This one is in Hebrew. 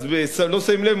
לא שמים לב,